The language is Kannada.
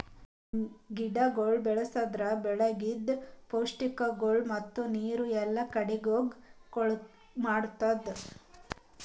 ಗಿಡಗೊಳ್ ಬೆಳಸದ್ರಾಗ್ ಬೇಕಾಗಿದ್ ಪೌಷ್ಟಿಕಗೊಳ್ ಮತ್ತ ನೀರು ಎಲ್ಲಾ ಕಡಿ ಹೋಗಂಗ್ ಮಾಡತ್ತುದ್